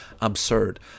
absurd